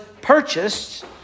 purchased